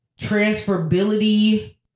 transferability